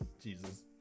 Jesus